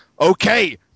Okay